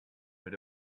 but